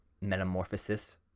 metamorphosis